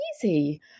easy